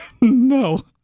No